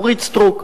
אורית סטרוק,